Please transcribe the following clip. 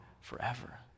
forever